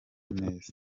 neza